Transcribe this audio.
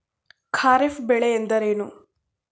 ಖಾರಿಫ್ ಬೆಳೆ ಎಂದರೇನು?